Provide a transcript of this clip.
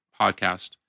podcast